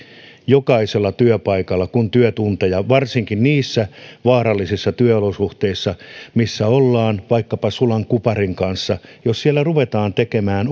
jokaisella työpaikalla varsinkin niissä vaarallisissa työolosuhteissa missä ollaan vaikkapa sulan kuparin kanssa jos siellä ruvetaan tekemään